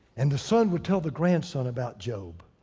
and the son would tell the grandson about job.